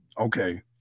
Okay